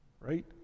right